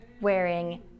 wearing